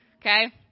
okay